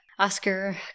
Oscar